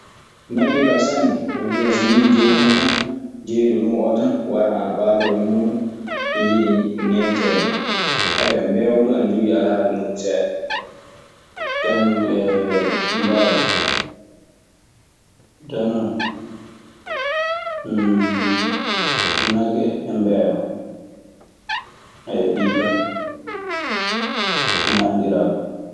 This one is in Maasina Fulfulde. Nagge kaa sanne, nagge kaa so yii joomun tan jey ɗo ɗum tan waran ana ɓaaroo e muuɗum. Ana yiɗi ñecceede, mbeewa ana jogii alahaali muuɗum seeɗa. Kañun e mbaalu. Joni non nagge e mbeewa ɗii ka ana anndiraa ɗun.